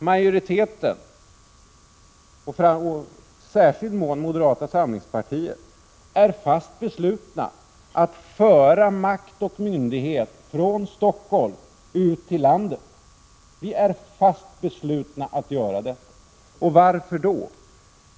Majoriteten, särskilt moderata samlingspartiet, är fast besluten att föra makt och myndighet från Stockholm ut i landet. Vi är fast beslutna att göra det. Varför då?